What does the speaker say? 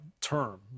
term